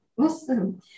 Awesome